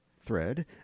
thread